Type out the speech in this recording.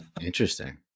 Interesting